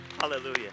Hallelujah